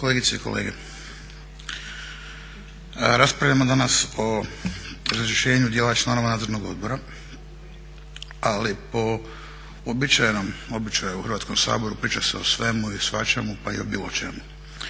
Kolegice i kolege raspravljamo danas o razrješenju dijela članova Nadzornog odbora ali po uobičajenom običaju u Hrvatskom saboru priča se o svemu i svačemu pa i o bilo čemu,